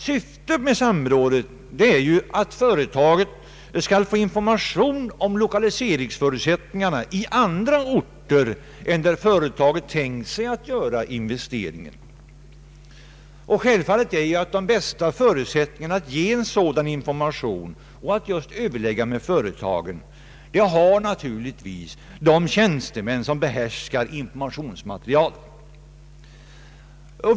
Syftet med samrådet är ju att företaget skall få information om lokaliseringsförutsättningarna i andra orter än de där företaget tänkt göra investeringen. De bästa förutsättningarna att ge en sådan information och att överlägga med företagen har naturligtvis de tjänstemän som behärskar informationsmaterialet.